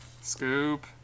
Scoop